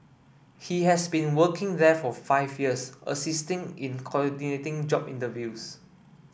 he has been working there for five years assisting in coordinating job interviews